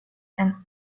and